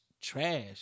trash